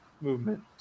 movement